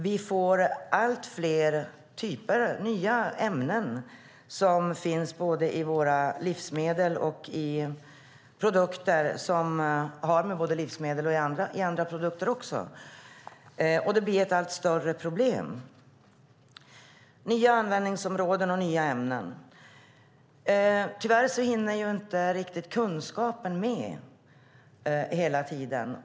Vi får allt fler nya ämnen som finns i våra livsmedel och i andra produkter, och det blir ett allt större problem. Det handlar om nya användningsområden och nya ämnen. Tyvärr hinner inte kunskapen riktigt med hela tiden.